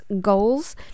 goals